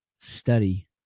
study